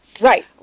right